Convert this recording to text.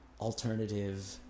alternative